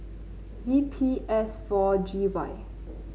V P S four G Y